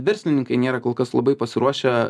verslininkai nėra kol kas labai pasiruošę